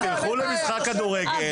תלכו למשחק כדורגל,